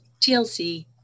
TLC